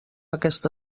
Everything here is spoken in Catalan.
aquesta